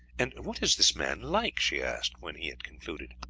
and what is this man like? she asked when he had concluded.